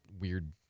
weird